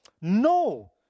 no